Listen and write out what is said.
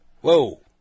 Whoa